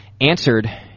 answered